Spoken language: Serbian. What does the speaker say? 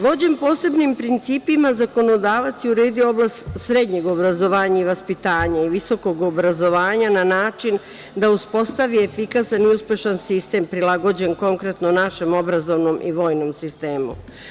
Vođen posebnim principima, zakonodavac je uredio oblast srednjeg obrazovanja i vaspitanja i visokog obrazovanja na način da uspostavi efikasan i uspešan sistem prilagođen konkretno našem obrazovnom i vojnom sistemu.